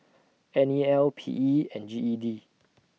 N E L P E and G E D